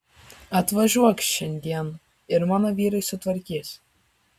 atvažiuok šiandien ir mano vyrai sutvarkys